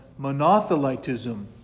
monothelitism